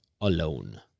alone